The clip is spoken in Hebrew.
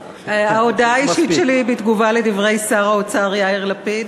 ההודעה האישית שלי היא בתגובה על דברי שר האוצר יאיר לפיד,